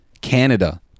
canada